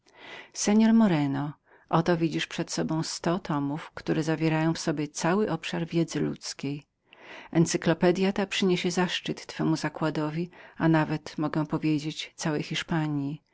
moreno oto widzisz przed sobą sto tomów które zawierają w sobie cały obszar wiadomości encyklopedya ta przyniesie zaszczyt twemu zakładowi a nawet mogę powiedzieć całej hiszpanji